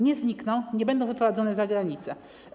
Nie znikną, nie będą wyprowadzone za granicę.